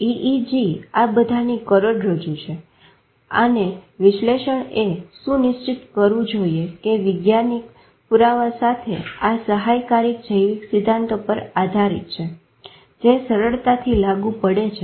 EEG આ બધાની કરોડરજ્જુ છે અને વિશ્લેષણએ સુનિશ્ચિત કરવું જોઈએ કે વૈજ્ઞાનિક પુરાવા સાથે આ સહાયકારી જૈવિક સિદ્ધાંતો પર આધારિત છે જે સરળતાથી લાગુ પડે છે